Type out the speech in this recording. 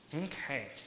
Okay